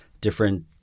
different